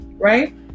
Right